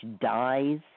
dies